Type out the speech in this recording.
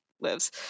lives